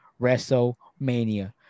WrestleMania